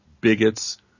bigots